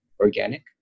organic